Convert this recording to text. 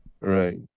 Right